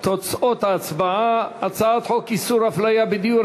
תוצאות ההצבעה: הצעת חוק איסור הפליה בדיור,